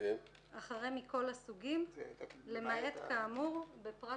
אחרי "מכל הסוגים" יבוא: "למעט כאמור בפרט